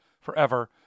forever